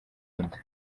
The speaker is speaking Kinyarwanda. inda